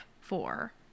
four